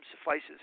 suffices